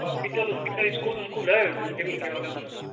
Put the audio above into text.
hospital उसपीटल school उसकूल है ज़मीन के अग़ल बग़ल